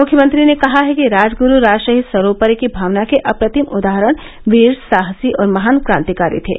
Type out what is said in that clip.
मुख्यमंत्री ने कहा है कि राजगुरू राष्ट्रहित सर्वोपरि की भावना के अप्रतिम उदाहरण वीर साहसी और महान क्रांतिकारी थे